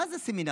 מה זה סמינרים?